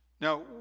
Now